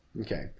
Okay